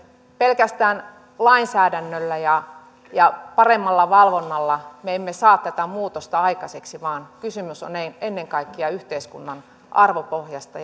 pelkästään lainsäädännöllä ja ja paremmalla valvonnalla me emme saa tätä muutosta aikaiseksi vaan kysymys on ennen kaikkea yhteiskunnan arvopohjasta